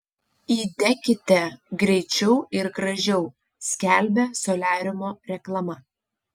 įdekite greičiau ir gražiau skelbia soliariumo reklama